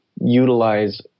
utilize